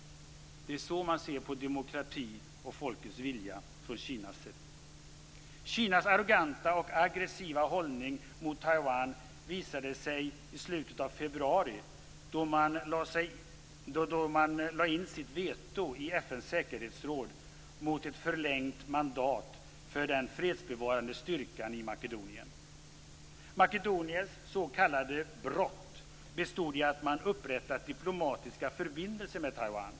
Det är så man från Kinas sida ser på demokrati och folkets vilja. Kinas arroganta och aggressiva hållning mot Taiwan visade sig i slutet av februari, då man lade in sitt veto i FN:s säkerhetsråd mot ett förlängt mandat för den fredsbevarande styrkan i Makedonien. Makedoniens s.k. brott bestod i att man upprättat diplomatiska förbindelser med Taiwan.